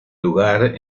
lugar